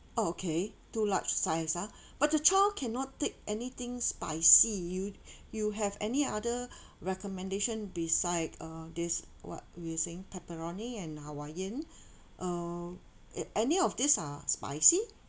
oh okay two large size ah but the child cannot take anything spicy you you have any other recommendation beside uh this what you were saying pepperoni and hawaiian uh a~ any of this are spicy